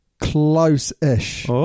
Close-ish